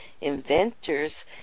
inventors